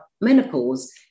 menopause